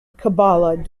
kabbalah